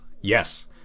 yes